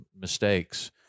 mistakes